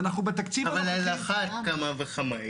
ואנחנו בתקציב הנוכחי --- על אחת כמה וכמה,